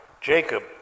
Jacob